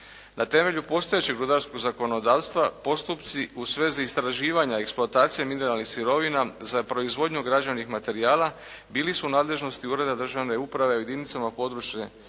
Na temelju postojećeg rudarskog zakonodavstva postupci u svezi istraživanja eksploatacije mineralnih sirovina za proizvodnju građevnih materijala bili su u nadležnosti ureda državne uprave u jedinicama područne